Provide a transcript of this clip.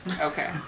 Okay